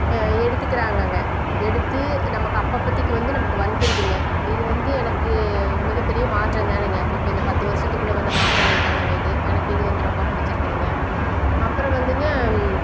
எடுத்துக்கிறாங்கங்க எடுத்து நமக்கு அப்பப்போதிக்கி வந்து நமக்கு வந்துடுங்க இது வந்து எனக்கு மிகப்பெரிய மாற்றம் தானுங்க இப்போ இந்த பத்து வருஷத்துக்குள்ள வந்த மாற்றங்கள் தானுங்க இது எனக்கு இது வந்து ரொம்ப பிடிச்சிருக்குதுங்க அப்புறம் வந்துங்க